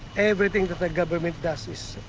everything that the government does is.